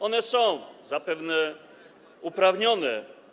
One są zapewne uprawnione.